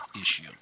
issue